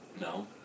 no